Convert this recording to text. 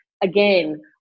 again